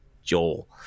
joel